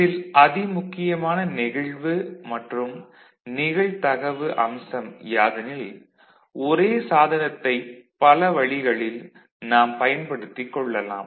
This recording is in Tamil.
இதில் அதிமுக்கியமான நெகிழ்வு மற்றும் நிகழ்தகவு அம்சம் யாதெனில் ஒரே சாதனத்தைப் பல வழிகளில் நாம் பயன்படுத்திக் கொள்ளலாம்